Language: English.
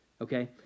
Okay